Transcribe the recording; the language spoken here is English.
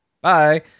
Bye